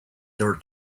door